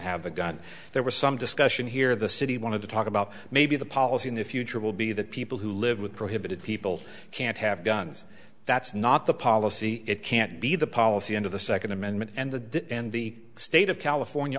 have a gun there was some discussion here the city wanted to talk about maybe the policy in the future will be that people who live with prohibited people can't have guns that's not the policy it can't be the policy end of the second amendment and the did and the state of california